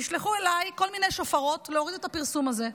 נשלחו אליי כל מיני שופרות להוריד את הפרסום הזה.